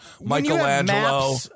Michelangelo